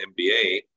MBA